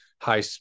high